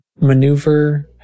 maneuver